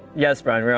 yes, brian, we're